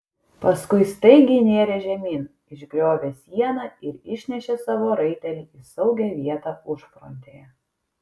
paskui staigiai nėrė žemyn išgriovė sieną ir išnešė savo raitelį į saugią vietą užfrontėje